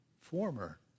former